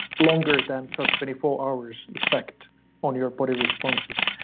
longer than just twenty four hours effect on your body responses.